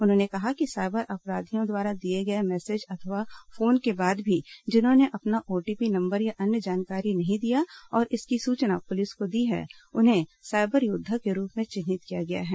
उन्होंने कहा कि साइबर अपराधियों द्वारा किए गए मैसेज अथवा फोन के बाद भी जिन्होंने अपना ओटीपी नंबर या अन्य जानकारी नहीं दिया और इसकी सूचना पुलिस को दी है उन्हें साइबर योद्वा के रूप में चिन्हित किया गया है